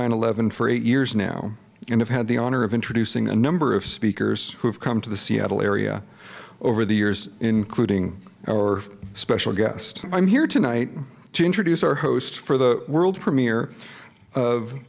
nine eleven for eight years now and i've had the honor of introducing a number of speakers who have come to the seattle area over the years including our special guest i'm here tonight to introduce our host for the world premiere of